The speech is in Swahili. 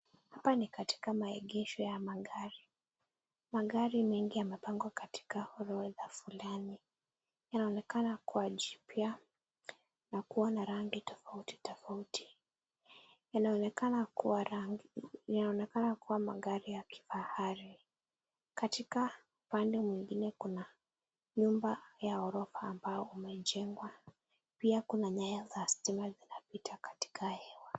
Hapa ni katika maegesho ya magari, magari mengi yamepangwa katika orodha fulani, yanaonekana kuwa jipya, na kuwa na rangi tofautitofauti, yanaonekana kuwa magari ya kifahari, katika upande mwingine kuna nyumba ya ghorofa ambayo imejengwa, pia kuna nyaya za stima ambazo zimepita katika hewa.